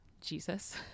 Jesus